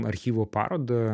archyvu parodą